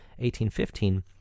1815